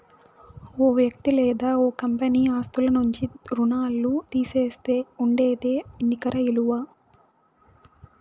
ఓ వ్యక్తి లేదా ఓ కంపెనీ ఆస్తుల నుంచి రుణాల్లు తీసేస్తే ఉండేదే నికర ఇలువ